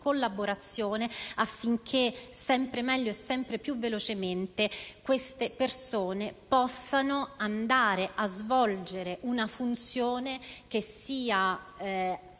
collaborazione, affinché sempre meglio e sempre più velocemente queste persone possano svolgere una funzione che